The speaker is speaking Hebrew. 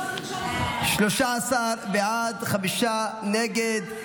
13 בעד, חמישה נגד.